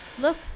Look